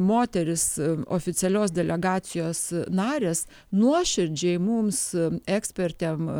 moterys oficialios delegacijos narės nuoširdžiai mums ekspertė